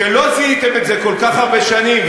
כשלא זיהיתם את זה כל כך הרבה שנים,